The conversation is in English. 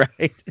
Right